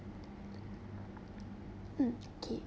mm okay